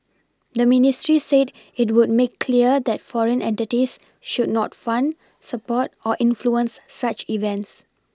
the ministry said it would make clear that foreign entities should not fund support or influence such events